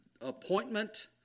appointment